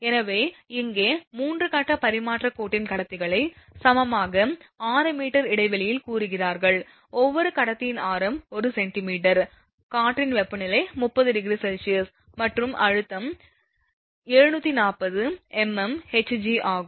எனவே இங்கே 3 கட்ட பரிமாற்றக் கோட்டின் கடத்திகளைப் சமமாக 6 m இடைவெளியில் கூறுகிறார்கள் ஒவ்வொரு கடத்தியின் ஆரம் 1 cm காற்றின் வெப்பநிலை 30 °C மற்றும் அழுத்தம் 740 mm Hg ஆகும்